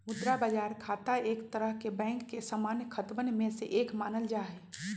मुद्रा बाजार खाता एक तरह से बैंक के सामान्य खतवन में से एक मानल जाहई